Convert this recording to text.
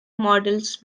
models